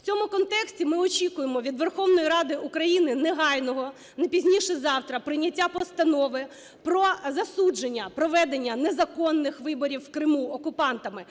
В цьому контексті, ми очікуємо від Верховної Ради України негайного, не пізніше завтра, прийняття постанови про засудження проведення незаконних виборів в Криму окупантами.